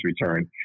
return